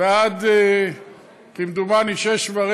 ועד כמדומני 18:15,